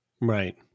Right